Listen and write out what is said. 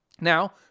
Now